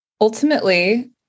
ultimately